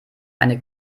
eine